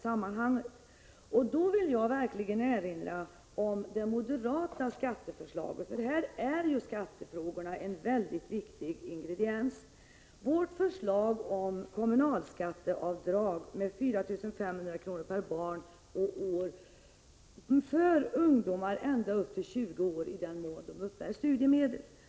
1985/86:130 Jag vill då erinra om det moderata skatteförslaget. Här är nämligen 29 april 1986 skattefrågorna en mycket viktig ingrediens. Vårt förslag innebär kommunalskatteavdrag med 15 000 kr. per barn och år för ungdomar ända upp till 20-årsåldern, i den mån de uppbär studiemedel.